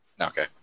okay